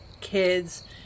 kids